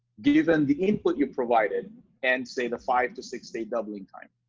given the input you provided and say the five to six date doubling time.